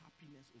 happiness